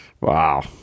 Wow